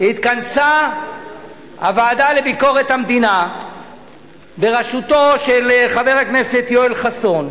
התכנסה הוועדה לביקורת המדינה בראשותו של חבר הכנסת יואל חסון,